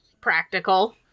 practical